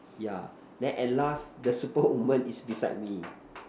yeah then at last the superwoman is beside me